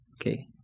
Okay